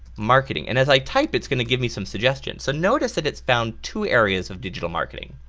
marketing and as i type it's going to give me some suggestions. so notice that its found two areas of digital marketing.